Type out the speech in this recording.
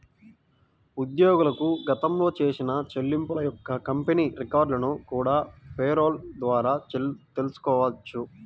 ఉద్యోగులకు గతంలో చేసిన చెల్లింపుల యొక్క కంపెనీ రికార్డులను కూడా పేరోల్ ద్వారా తెల్సుకోవచ్చు